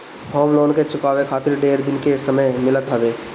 home loan के चुकावे खातिर ढेर दिन के समय मिलत हवे